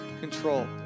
control